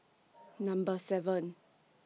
Number seven